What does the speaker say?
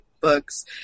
books